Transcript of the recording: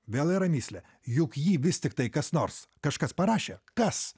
vėl yra mįslė juk jį vis tiktai kas nors kažkas parašė kas